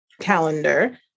calendar